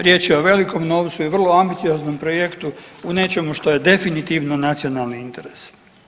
Riječ je o velikom novcu i vrlo ambicioznom projektu, u nečemu što je definitivno nacionalni interes.